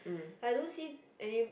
I don't see any